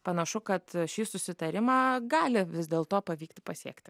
panašu kad šį susitarimą gali vis dėl to pavykti pasiekti